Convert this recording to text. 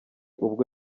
ubwo